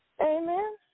Amen